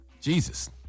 Jesus